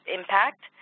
impact